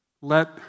Let